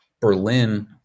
Berlin